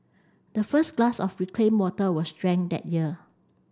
the first glass of reclaimed water was drank that year